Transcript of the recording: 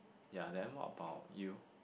ya then what about you